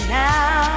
now